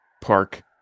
park